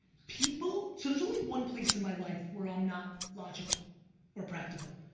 people, so there's only one place in my life where i'm not logical or practical.